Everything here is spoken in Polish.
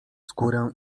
skórę